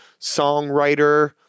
songwriter